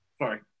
Sorry